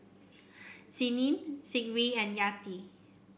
Senin Zikri and Yati